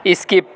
skip